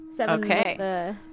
Okay